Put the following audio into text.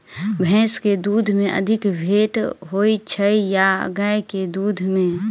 भैंस केँ दुध मे अधिक फैट होइ छैय या गाय केँ दुध में?